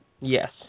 Yes